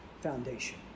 foundation